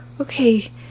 Okay